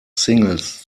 singles